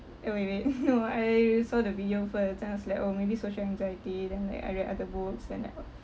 eh wait wait no I saw the video first then I was like orh maybe social anxiety then like I read other books then like